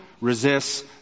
resists